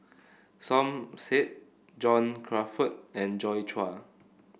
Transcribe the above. Som Said John Crawfurd and Joi Chua